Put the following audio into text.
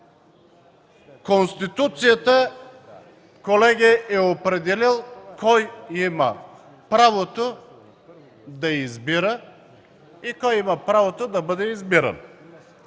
Конституцията е определила кой има правото да избира и кой има правото да бъде избиран.